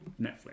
Netflix